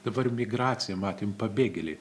dabar migracija matėm pabėgėliai